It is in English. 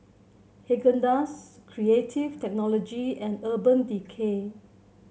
Haagen Dazs Creative Technology and Urban Decay